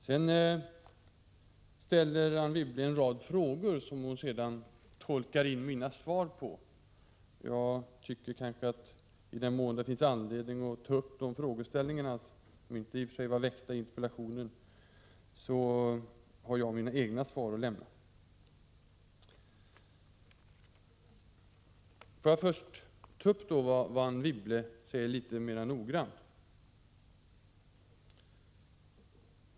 Sedan ställer Anne Wibble en rad frågor och tolkar sedan in mina svar på dem. Jag tycker att i den mån det finns anledning att ta upp frågorna, som inte i och för sig hade ställts i interpellationen, så har jag mina egna svar att lämna. Får jag nu litet mer noggrant ta upp vad Anne Wibble säger.